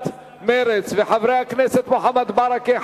וחברי הכנסת מוחמד ברכה,